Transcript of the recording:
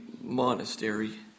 monastery